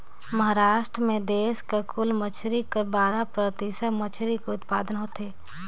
महारास्ट में देस कर कुल मछरी कर बारा परतिसत मछरी कर उत्पादन होथे